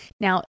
Now